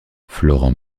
florent